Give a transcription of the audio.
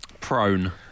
Prone